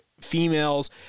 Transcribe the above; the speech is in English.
females